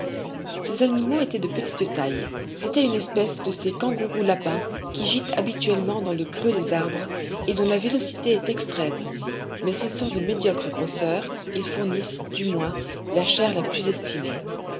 ces animaux étaient de petite taille c'était une espèce de ces kangaroos lapins qui gîtent habituellement dans le creux des arbres et dont la vélocité est extrême mais s'ils sont de médiocre grosseur ils fournissent du moins la chair la plus estimée